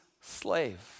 slave